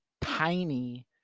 tiny